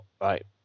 right